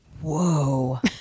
whoa